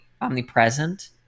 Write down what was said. omnipresent